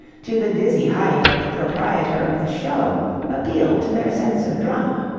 to the dizzy height of proprietor of the show appealed to their sense of drama.